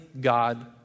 God